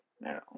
No